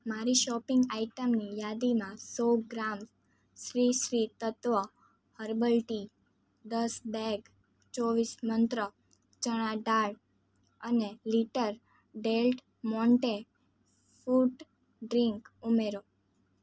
મારી શોપિંગ આઇટમની યાદીમાં સો gram Sri Sri Tattva herbal tea દસ બેગ ચોવીસ મંત્ર ચણા દાળ અને પાંચ litre Del Monte fruit drink ઉમેરો